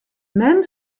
mem